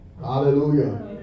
Hallelujah